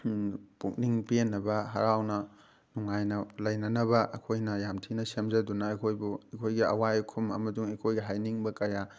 ꯄꯨꯛꯅꯤꯡ ꯄꯦꯟꯅꯕ ꯍꯔꯥꯎꯅ ꯅꯨꯡꯉꯥꯏꯅ ꯂꯩꯅꯅꯕ ꯑꯩꯈꯣꯏꯅ ꯌꯥꯝ ꯊꯤꯅ ꯁꯦꯝꯖꯗꯨꯅ ꯑꯩꯈꯣꯏꯕꯨ ꯑꯩꯈꯣꯏꯒꯤ ꯑꯋꯥꯏ ꯑꯈꯨꯝ ꯑꯃꯁꯨꯡ ꯑꯩꯈꯣꯏꯒꯤ ꯍꯥꯏꯅꯤꯡꯕ ꯀꯌꯥ